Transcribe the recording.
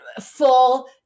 full